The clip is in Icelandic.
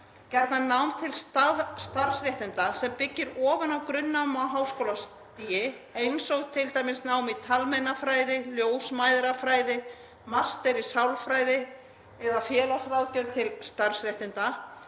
gjarnan nám til starfsréttinda sem byggir ofan á grunnnám á háskólastigi, eins og t.d. nám í talmeinafræði, ljósmæðrafræði, master í sálfræði eða félagsráðgjafa til starfsréttinda;